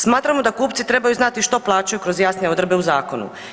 Smatramo da kupci trebaju znati što plaćaju kroz jasnije odredbe u zakonu.